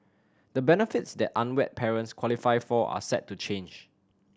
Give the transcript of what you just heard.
the benefits that unwed parents qualify for are set to change